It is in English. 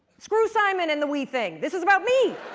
screw simon and the we thing. this is about me,